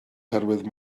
oherwydd